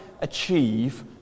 achieve